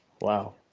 Wow